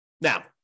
Now